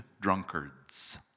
drunkards